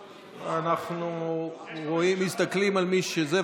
אנחנו מסתכלים על מי שזה,